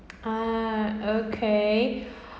ah okay